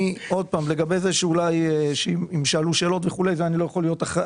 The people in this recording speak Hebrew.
לגבי זה שאולי שאלו שאלות, את זה אני לא יודע.